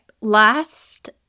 Last